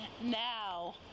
now